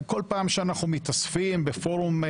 כל פעם שאנחנו מתאספים בפורום,